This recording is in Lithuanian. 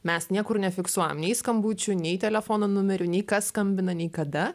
mes niekur nefiksuojam nei skambučių nei telefono numerių nei kas skambina nei kada